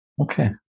Okay